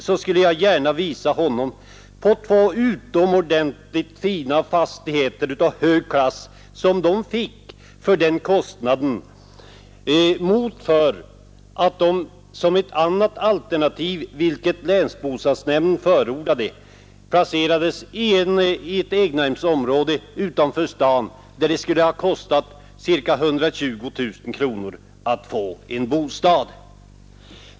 Jag skulle då gärna visa honom på de två utomordentligt fina fastigheter av hög klass som dessa två familjer fick för den kostnad som jag nyss nämnde i stället för att de, såsom länsbostadsnämnden förordade, placerade sina hus i ett egnahemsområde utanför staden, där det skulle ha kostat ca. 120 000 kronor att få en bostad.